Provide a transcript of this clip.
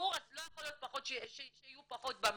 אז לא יכול להיות שיהיו פחות במל"ג.